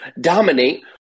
dominate